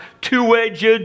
two-edged